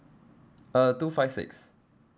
uh two five six